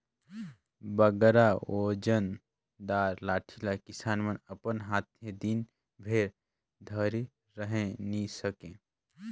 बगरा ओजन दार लाठी ल किसान मन अपन हाथे दिन भेर धइर रहें नी सके